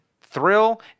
Thrill